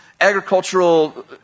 agricultural